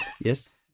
yes